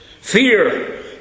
fear